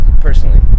personally